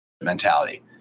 mentality